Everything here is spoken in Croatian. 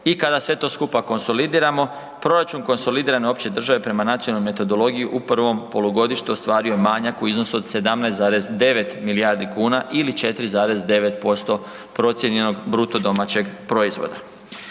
i kada sve to skupa konsolidiramo, proračun konsolidiran opće države prema nacionalnoj metodologiji u provom polugodištu ostvario je manjak u iznosu od 17,9 milijardi kuna ili 4,9% procijenjenog BDP-a. Što